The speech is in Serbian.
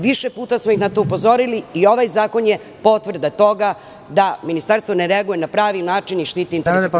Više puta smo ih na to upozorili i ovaj zakon je potvrda toga da ministarstvo ne reaguje na pravi način i ne štiti interese kulture.